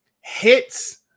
hits